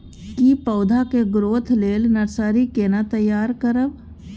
की पौधा के ग्रोथ लेल नर्सरी केना तैयार करब?